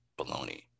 baloney